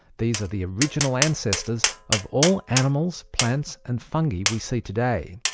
these are the original ancestors of all animals, plants and fungi we see today.